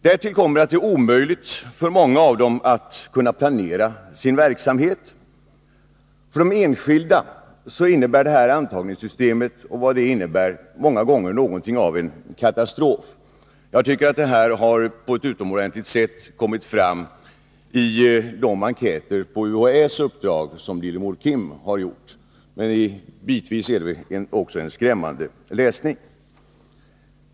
Därtill kommer att det är omöjligt för många av dem att planera sin verksamhet. För de enskilda innebär det här antagningssystemet och konsekvenserna av det många gånger något av en katastrof. Jag tycker att det här har kommit fram på ett utomordentligt sätt i de enkäter som Lillemor Kim har gjort på UHÄ:s uppdrag. Det är också bitvis en skrämmande läsning.